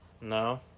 No